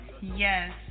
Yes